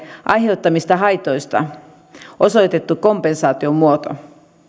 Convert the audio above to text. aiheuttamista haitoista osoitetun kompensaation muoto